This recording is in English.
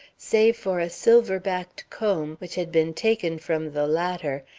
save for a silver-backed comb, which had been taken from the latter,